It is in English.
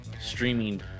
streaming